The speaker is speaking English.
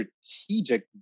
strategic